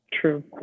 True